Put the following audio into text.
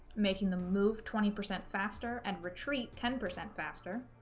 making them move twenty percent faster and retreat ten percent faster.